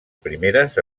primeres